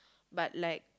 but like